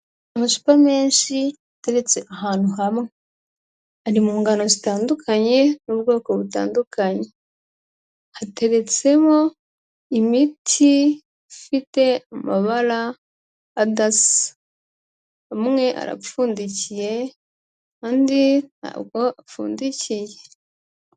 Amacupa menshi ateretse ahantu hamwe, ari mu ngano zitandukanye n'ubwoko butandukanye; hateretseho imiti ifite amabara adasa, amwe arapfundikiye andi ntabwo apfundikiye.